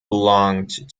belonged